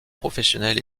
professionnel